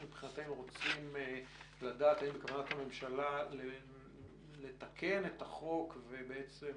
אנחנו רוצים לדעת איך בדעת הממשלה לתקן את החוק ובעצם